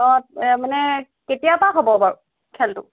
অঁ মানে কেতিয়াৰ পৰা হ'ব বাৰু খেলটো